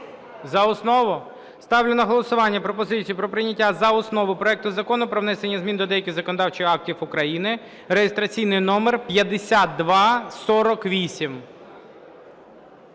За основу. Ставлю на голосування пропозицію про прийняття за основу проекту Закону про внесення змін до деяких законодавчих актів України (реєстраційний номер 5248).